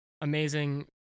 amazing